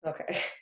Okay